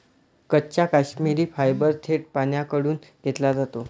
कच्चा काश्मिरी फायबर थेट प्राण्यांकडून घेतला जातो